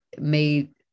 made